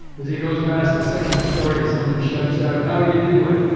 as he goes past the second story, someone shouts out, how are you doing?